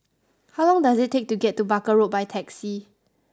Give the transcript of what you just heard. how long does it take to get to Barker Road by taxi